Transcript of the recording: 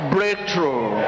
Breakthrough